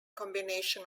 combination